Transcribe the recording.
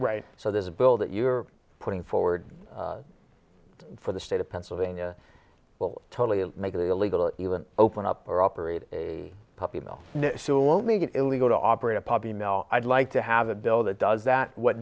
right so there's a bill that you're putting forward for the state of pennsylvania will totally make it illegal even open up or operate a puppy mill sewell make it illegal to operate a pub email i'd like to have a bill that does that what